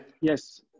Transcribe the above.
Yes